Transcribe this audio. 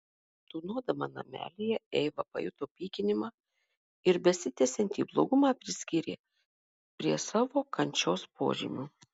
tūnodama namelyje eiva pajuto pykinimą ir besitęsiantį blogumą priskyrė prie savo kančios požymių